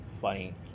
funny